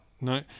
No